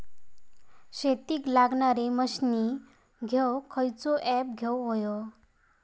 शेतीक लागणारे मशीनी घेवक खयचो ऍप घेवक होयो?